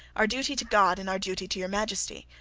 our duty to god, and our duty to your majesty.